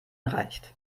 reicht